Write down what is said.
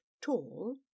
tall